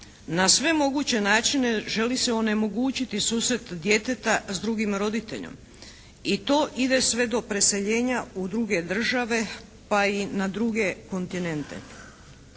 Na sve moguće načine želi se onemogućiti susret djeteta s drugim roditeljem i to ide sve do preseljenja u druge države pa i na druge kontinente.